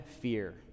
fear